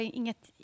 inget